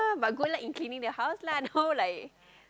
but good life in cleaning the house lah no like